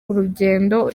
urugendo